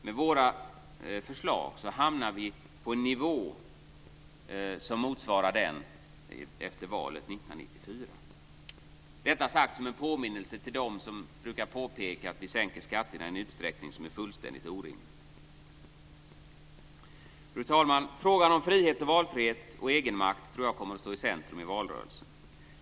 Med våra förslag hamnar vi på en nivå som motsvarar nivån efter valet 1994 - detta sagt som en påminnelse till dem som brukar påpeka att vi sänker skatterna i en utsträckning som är fullständigt orimlig. Fru talman! Frågan om frihet och valfrihet och egenmakt tror jag kommer att stå i centrum i valrörelsen.